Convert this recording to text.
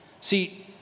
See